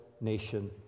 nation